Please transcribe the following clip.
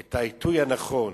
את העיתוי הנכון